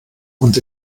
und